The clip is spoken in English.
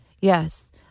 Yes